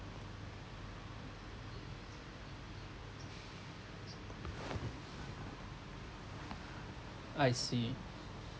I see